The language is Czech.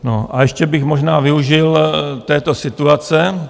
No a ještě bych možná využil této situace.